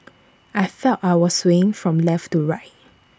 I felt I was swaying from left to right